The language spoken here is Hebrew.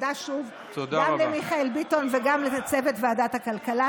תודה שוב גם למיכאל ביטון וגם לצוות ועדת הכלכלה.